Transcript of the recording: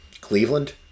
Cleveland